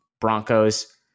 Broncos